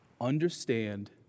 Understand